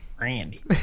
Randy